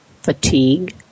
fatigue